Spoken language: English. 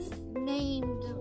named